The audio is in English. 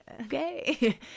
Okay